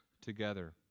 together